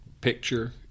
picture